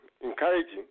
encouraging